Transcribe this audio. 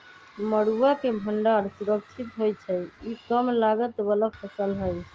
मरुआ के भण्डार सुरक्षित होइ छइ इ कम लागत बला फ़सल हइ